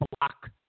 Block